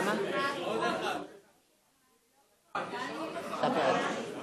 לממשלה ועל שינוי בחלוקת התפקידים